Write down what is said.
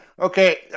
Okay